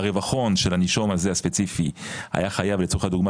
והרווח ההון של הנישום הזה הספציפי היה חייב לצורך הדוגמא